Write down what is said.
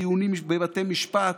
דיונים בבתי משפט,